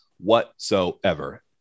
whatsoever